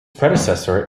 predecessor